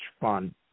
fun